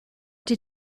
did